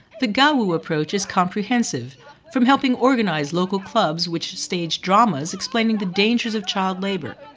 the gawu approach is comprehensive from helping organize local clubs which stage dramas explaining the dangers of child labour.